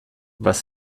was